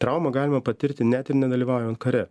traumą galima patirti net ir nedalyvaujant kare